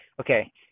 okay